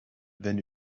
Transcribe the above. wenn